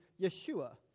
Yeshua